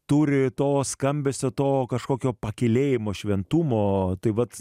turi to skambesio to kažkokio pakylėjimo šventumo tai vat